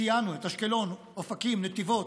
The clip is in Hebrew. ציינו את אשקלון, אופקים, נתיבות,